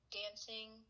dancing